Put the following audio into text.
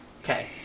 Okay